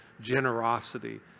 generosity